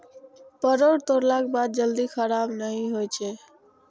परोर तोड़लाक बाद जल्दी खराब नहि होइ छै